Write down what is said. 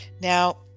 Now